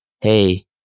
hey